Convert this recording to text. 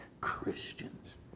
Christians